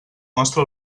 mostra